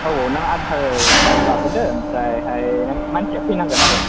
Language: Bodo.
औ औ नों आधार कार्ड लाबोदो ओमफ्रायहाय नों मानसिया फैनांगोन आरो